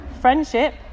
Friendship